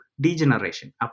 degeneration